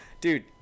Dude